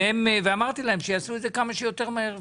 אמרתי להם שיעשו את זה כמה שיותר מהר,